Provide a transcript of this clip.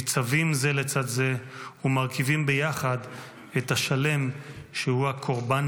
ניצבים זה לצד זה ומרכיבים ביחד את השלם שהוא הקורבן